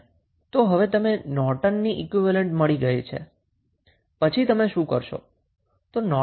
તો હવે તમે નોર્ટનનો ઈક્વીવેલેન્ટ મળી ગયા પછી તમે શું કરી શકો